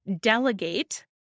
delegate